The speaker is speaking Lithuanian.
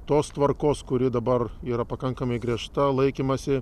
tos tvarkos kuri dabar yra pakankamai griežta laikymąsi